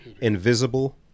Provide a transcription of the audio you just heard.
Invisible